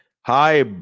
Hi